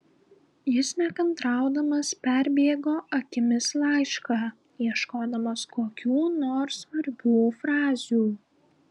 jis nekantraudamas perbėgo akimis laišką ieškodamas kokių nors svarbių frazių